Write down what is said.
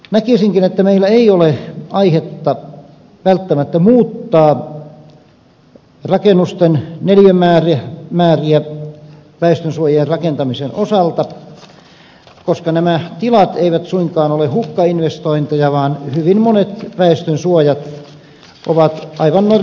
näkisinkin että meillä ei ole aihetta välttämättä muuttaa rakennusten neliömääriä väestönsuojien rakentamisen osalta koska nämä tilat eivät suinkaan ole hukkainvestointeja vaan hyvin monet väestönsuojat ovat aivan normaaliaikana hyötykäytössä